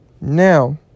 Now